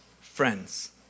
friends